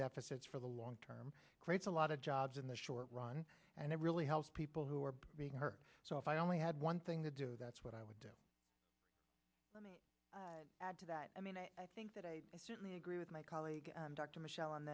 deficits for the long term creates a lot of jobs in the short run and it really helps people who are being hurt so if i only had one thing to do that's what i would add to that i mean i think that i certainly agree with my colleague dr michelle